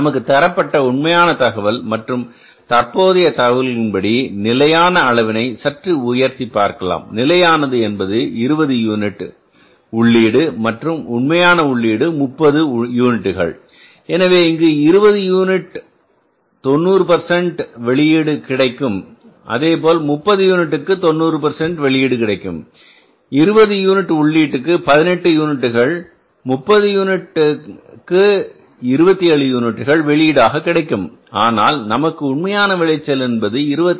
நமக்கு தரப்பட்ட உண்மையான தகவல் மற்றும் தற்போதைய தகவல்களின் படி நிலையான அளவினை சற்று உயர்த்தி பார்க்கலாம் நிலையானது என்பது 20 யூனிட்டுகள் உள்ளீடு மற்றும் உண்மையான உள்ளீடு 30 யூனிட்டுகள் எனவே இங்கு 20 யூனிட்டுக்கு 90 வெளியீடு கிடைக்கும் அதேபோல் 30 யூனிட்டுக்கு 90 வெளியீடு கிடைக்கும் எனவே 20 யூனிட் உள்ளீட்டுக்கு பதினெட்டு யூனிட்டுகள் முப்பது யூனிட்டுக்கு 27 யூனிட்டுகள் வெளியீடாக கிடைக்கும் ஆனால் நமக்கு உண்மையான விளைச்சல் என்பது 26